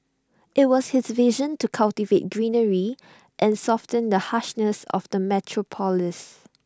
IT was his vision to cultivate greenery and soften the harshness of the metropolis